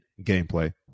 gameplay